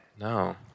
No